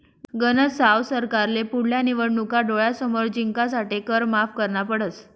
गनज साव सरकारले पुढल्या निवडणूका डोळ्यासमोर जिंकासाठे कर माफ करना पडस